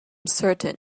certain